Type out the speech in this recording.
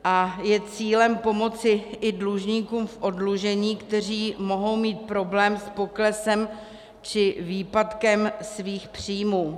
A je cílem pomoci i dlužníkům v oddlužení, kteří mohou mít problém s poklesem či výpadkem svých příjmů.